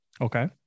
Okay